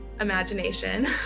imagination